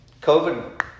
COVID